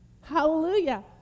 Hallelujah